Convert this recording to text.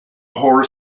horror